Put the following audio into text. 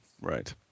Right